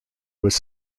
was